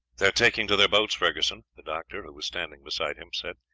they are taking to their boats, ferguson, the doctor, who was standing beside him, said.